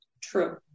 True